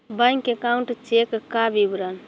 Bank account cheque का विवरण?